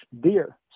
deer